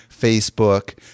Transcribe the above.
Facebook